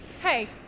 Hey